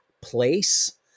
place